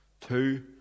Two